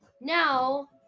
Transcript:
now